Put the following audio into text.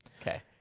Okay